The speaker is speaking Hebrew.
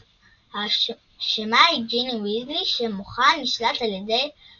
אך האשמה היא ג'יני ויזלי שמוחה נשלט על ידי